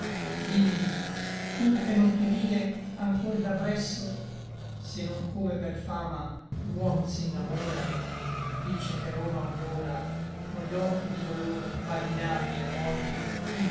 digli un che non ti vide anchor da presso se non come per fama huom s'innamora dice che roma ognora con gli occhi di dolor bagnati et molli